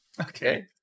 Okay